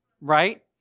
Right